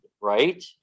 right